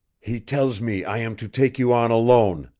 he tells me i am to take you on alone,